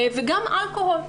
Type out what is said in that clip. וגם אלכוהול,